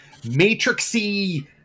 matrixy